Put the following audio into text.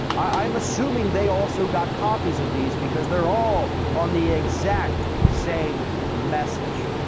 i'm assuming they also got copies of these because they're all on the exact same message.